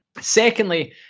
Secondly